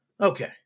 Okay